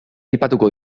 aipatuko